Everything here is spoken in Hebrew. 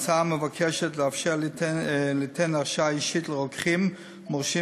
ההצעה מבקשת לאפשר ליתן הרשאה אישית לרוקחים מורשים